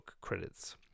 credits